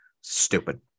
Stupid